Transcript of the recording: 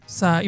sa